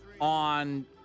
on